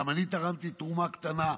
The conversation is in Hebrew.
גם אני תרמתי תרומה קטנה,